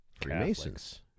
Freemasons